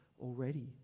already